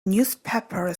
newspaper